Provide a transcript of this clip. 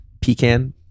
pecan